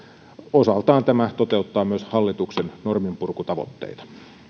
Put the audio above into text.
osaltaan tämä toteuttaa myös hallituksen norminpurkutavoitteita